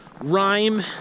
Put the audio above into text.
rhyme